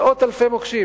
מאות אלפי מוקשים,